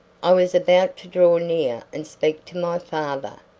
i was about to draw near and speak to my father,